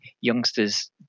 youngsters